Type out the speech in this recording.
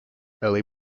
early